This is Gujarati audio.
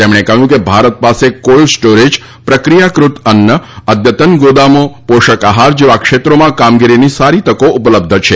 તેમણે કહ્યું કે ભારત પાસે કોલ્ડ સ્ટોરેજ પ્રક્રિયાક઼ત અન્ન અદ્યતન ગોદામો પોષક આહાર જેવા ક્ષેત્રોમાં કામગીરીની સારી તકો ઉપલબ્ધ છે